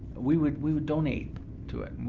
we would we would donate to it,